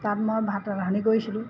তাত মই ভাত ৰান্ধনী কৰিছিলোঁ